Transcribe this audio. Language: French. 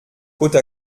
côte